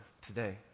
today